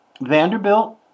Vanderbilt